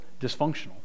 dysfunctional